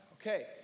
Okay